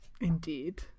Indeed